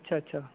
अच्छा अच्छा